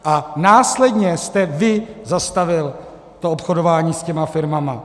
A následně jste vy zastavil to obchodování s těmi firmami.